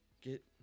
get